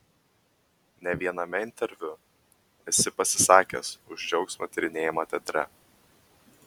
ne viename interviu esi pasisakęs už džiaugsmo tyrinėjimą teatre